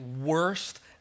worst